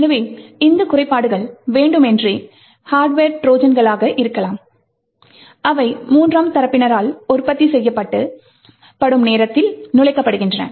எனவே இந்த குறைபாடுகள் வேண்டுமென்றே ஹார்ட்வர் ட்ரோஜான்களாக இருக்கலாம் அவை மூன்றாம் தரப்பினரால் உற்பத்தி செய்யப்படும் நேரத்தில் நுழைக்கப்படுகின்றன